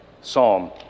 psalm